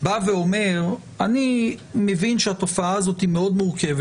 באוויר אנחנו נעביר דברים ברורים יותר.